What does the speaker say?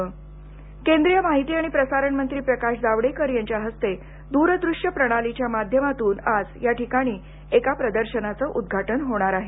आज केंद्रीय माहिती आणि प्रसारण मंत्री प्रकाश जावडेकर यांच्या हस्ते दूर दृष्य प्रणालीच्या माध्यमातून या ठिकाणी एका प्रदर्शनाचं उद्घाटन होणार आहे